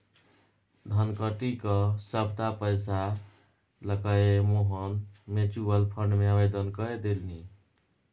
धनकट्टी क सभटा पैसा लकए मोहन म्यूचुअल फंड मे आवेदन कए देलनि